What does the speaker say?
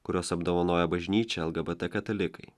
kuriuos apdovanoja bažnyčia lgbt katalikai